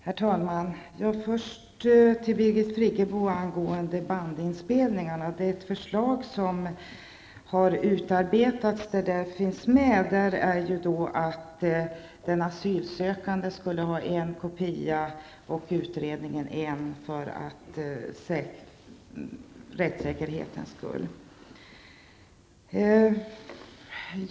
Herr talman! Jag vill först till Birgit Friggebo säga följande angående bandinspelningarna. Ett förslag som har utarbetats går ut på att den asylsökande skulle ha en kopia och utredningen en, för rättssäkerhetens skull.